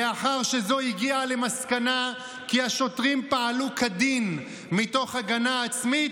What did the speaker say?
לאחר שזו הגיעה למסקנה כי השוטרים פעלו כדין מתוך הגנה עצמית,